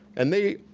and they